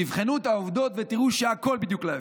תבחנו את העובדות ותראו שהכול בדיוק להפך.